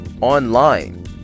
online